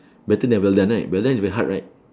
better than well done right well done is very hard right